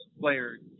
players